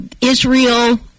Israel